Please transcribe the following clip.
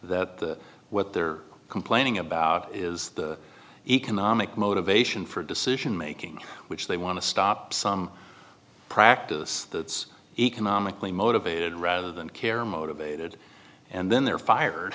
that what they're complaining about is the economic motivation for decision making which they want to stop some practice that's economically motivated rather than care motivated and then they're fired